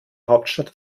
hauptstadt